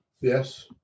Yes